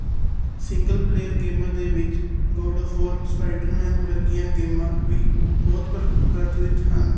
single player ਗੇਮਾਂ ਦੇ ਵਿੱਚ ਗੋਡ ਫੋਰ ਸਪਾਈਡਰਮੈਨ ਵਰਗੀਆਂ ਗੇਮਾਂ ਵੀ ਬਹੁਤ ਪ੍ਰ ਪ੍ਰਚਲਿਤ ਹਨ